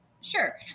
Sure